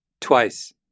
twice